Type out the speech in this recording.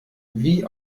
wie